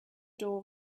door